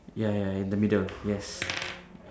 ya ya in the middle yes